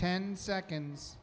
ten seconds